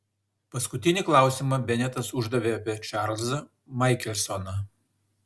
paskutinį klausimą benetas uždavė apie čarlzą maikelsoną